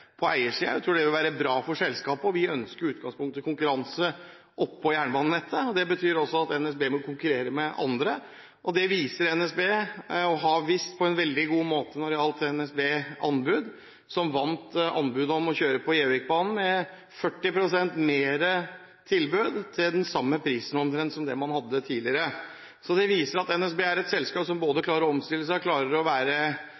på eiersiden. Jeg tror det vil være bra for selskapet. Vi ønsker i utgangspunktet konkurranse på jernbanenettet. Det betyr altså at NSB må konkurrere med andre. Og NSB har vist dette på en veldig god måte når det gjaldt NSB Anbud, som vant anbudet om å kjøre på Gjøvikbanen med 40 pst. bedre tilbud, til omtrent den samme prisen som man hadde tidligere. Det viser at NSB er et selskap som både klarer å omstille seg, klarer å være